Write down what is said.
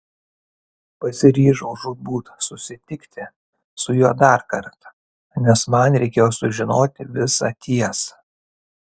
pasiryžau žūtbūt susitikti su juo dar kartą nes man reikėjo sužinoti visą tiesą